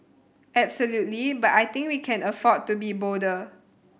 absolutely but I think we can afford to be bolder